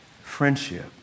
Friendship